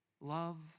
love